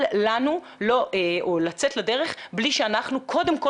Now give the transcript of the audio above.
אל לנו לצאת לדרך בלי שאנחנו קודם כל